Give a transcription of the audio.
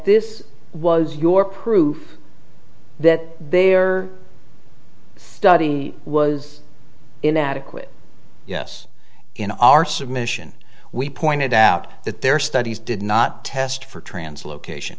this was your proof that there are study was inadequate yes in our submission we pointed out that their studies did not test for translocation